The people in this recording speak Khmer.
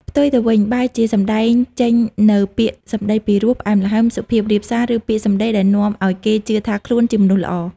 ផ្ទុយទៅវិញ បែរជាសម្ដែងចេញនូវពាក្យសម្ដីពីរោះ ផ្អែមល្ហែម សុភាពរាបសារ ឬពាក្យសម្ដីដែលនាំឱ្យគេជឿថាខ្លួនជាមនុស្សល្អ។